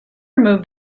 moved